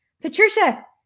patricia